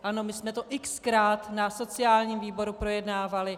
Ano, my jsme to xkrát na sociálním výboru projednávali.